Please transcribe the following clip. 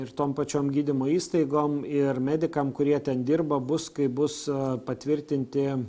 ir tom pačiom gydymo įstaigom ir medikam kurie ten dirba bus kai bus patvirtinti